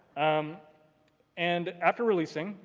um and after releasing,